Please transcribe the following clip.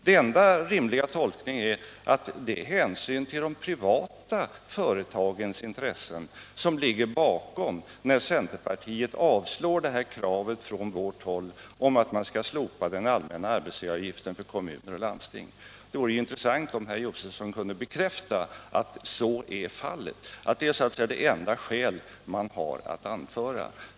Den enda rimliga tolkningen är att det är hänsynen till de privata företagens intressen som ligger bakom, när centerpartiet avstyrker detta krav från oss om att man skall slopa den allmänna arbetsgivaravgiften för kommuner och landsting. Det vore intressant om herr Josefson kunde bekräfta att så är fallet och att detta är det enda skäl man har att anföra.